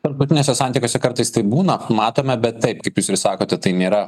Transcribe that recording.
tarptautiniuose santykiuose kartais taip būna matome bet taip kaip jūs ir sakote tai nėra